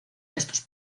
estos